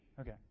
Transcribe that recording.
Okay